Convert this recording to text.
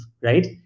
right